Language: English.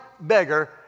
beggar